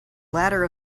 ladder